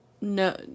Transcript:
no